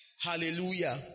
hallelujah